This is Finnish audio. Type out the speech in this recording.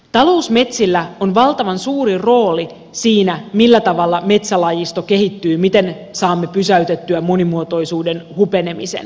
talousmetsillä on valtavan suuri rooli siinä millä tavalla metsälajisto kehittyy miten saamme pysäytettyä monimuotoisuuden hupenemisen